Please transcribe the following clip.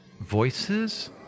voices